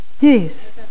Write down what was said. Yes